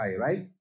right